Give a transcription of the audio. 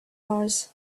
mars